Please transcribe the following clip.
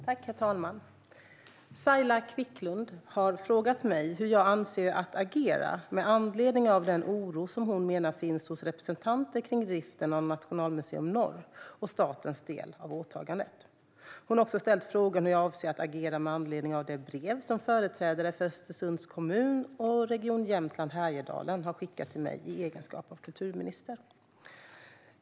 Herr talman! Saila Quicklund har frågat mig hur jag avser att agera med anledning av den oro som hon menar finns hos representanter kring driften av Nationalmuseum Norr och statens del av åtagandet. Hon har också ställt frågan hur jag avser att agera med anledning av det brev som företrädare för Östersunds kommun och Region Jämtland Härjedalen har skickat till mig i egenskap av kulturminister.